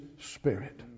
Spirit